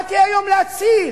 באתי היום להציל.